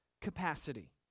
capacity